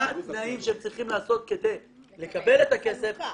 מה התנאים שהם צריכים כדי לקבל את הכסף